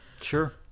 Sure